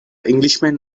englishman